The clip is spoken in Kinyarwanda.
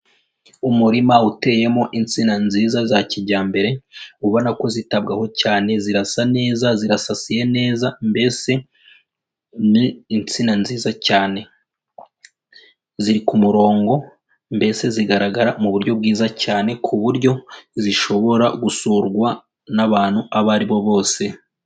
Umurima uteyemo insina nziza za kijyambere, ubona ko zitabwaho cyane zirasa neza, zirasasiye neza mbese ni insina nziza cyane ziri ku murongo mbese zigaragara mu buryo bwiza cyane ku buryo zishobora gusurwa n'abantu abo aribo bose.